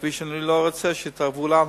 כפי שאני לא רוצה שיתערבו לנו.